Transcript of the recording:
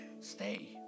Stay